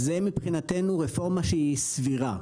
מבחינתנו הרפורמה הזאת היא סבירה,